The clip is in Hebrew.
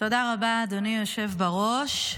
תודה רבה, אדוני היושב בראש.